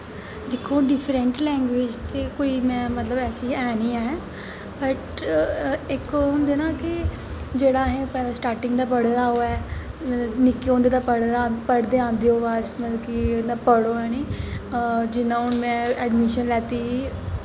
दिक्खो हून different language च मतलब में कोई ऐसी है नेईं ऐं बट इक होंदा ना कि जेह्ड़ा असें स्टार्टिंग दा पढ़े दा होऐ निक्के होंदे दा पढ़े दा ऐ पढ़दे आंदे ओह् बाद च मतलब कि पढ़ो हैनी जि'यां हून में अड़मिशन लैत्ती